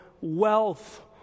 wealth